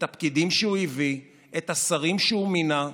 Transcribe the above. את הפקידים שהוא הביא, את השרים שהוא מינה,